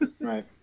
Right